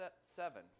seven